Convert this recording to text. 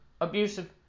abusive